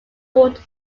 awarded